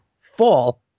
fall